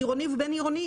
עירוני ובין-עירוני,